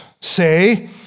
say